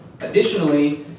Additionally